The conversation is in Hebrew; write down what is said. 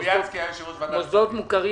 מוסדות מוכרים,